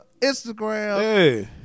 Instagram